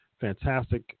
fantastic